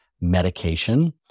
medication